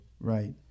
Right